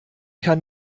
kann